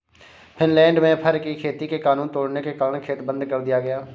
Finland में fur की खेती के कानून तोड़ने के कारण खेत बंद कर दिया गया